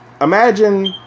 imagine